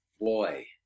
Boy